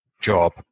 job